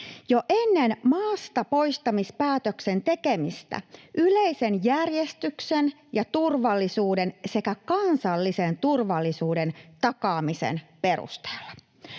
jo ennen maastapoistamispäätöksen tekemistä yleisen järjestyksen ja turvallisuuden sekä kansallisen turvallisuuden takaamisen perusteella.